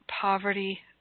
Poverty